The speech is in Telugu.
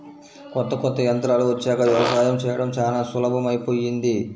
కొత్త కొత్త యంత్రాలు వచ్చాక యవసాయం చేయడం చానా సులభమైపొయ్యింది